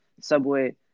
Subway